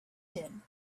din